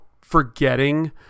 forgetting